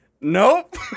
Nope